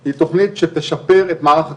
היא תכנית שתשפר את מערך הכשרות.